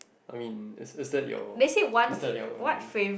I mean is is that your is that your only